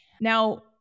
Now